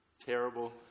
terrible